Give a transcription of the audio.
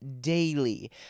daily